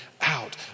out